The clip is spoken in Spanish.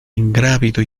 ingrávido